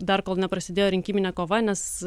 dar kol neprasidėjo rinkiminė kova nes